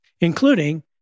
including